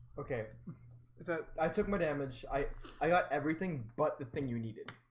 okay that i took my damage. i i got everything but the thing you needed.